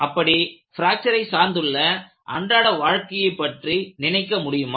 அப்படி பிராக்ச்சரை சார்ந்துள்ள அன்றாட வாழ்க்கையைப் பற்றி நினைக்க முடியுமா